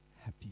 happy